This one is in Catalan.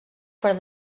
per